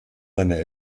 seiner